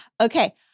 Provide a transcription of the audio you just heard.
Okay